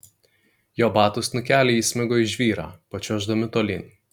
jo batų snukeliai įsmigo į žvyrą pačiuoždami tolyn